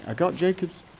ah got jacob's